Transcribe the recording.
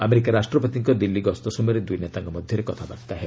America ରାଷ୍ଟ୍ରପତିଙ୍କ ଦିଲ୍ଲୀ ଗସ୍ତ ସମୟରେ ଦୁଇ ନେତାଙ୍କ ମଧ୍ୟରେ କଥାବାର୍ତ୍ତା ହେବ